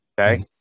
okay